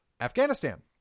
Afghanistan